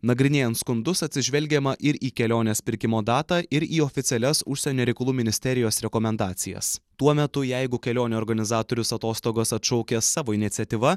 nagrinėjant skundus atsižvelgiama ir į kelionės pirkimo datą ir į oficialias užsienio reikalų ministerijos rekomendacijas tuo metu jeigu kelionių organizatorius atostogos atšaukia savo iniciatyva